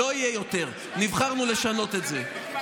לא יהיה יותר, נבחרנו לשנות את זה.